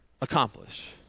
accomplish